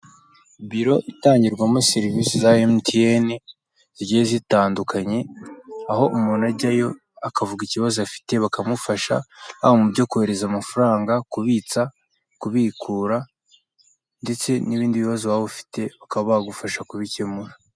Biro itangirwamo serivise za emutiyene zigiye zitandukanye, aho umuntu ajyayo akavuga ikibazo afite bakamufasha, haba mu byo kohereza amafaranga, kubitsa, kubikura, ndetse n'ibindi bibazo waba ufite bakaba bagufasha kubikemura.